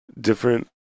different